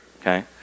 Okay